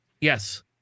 Yes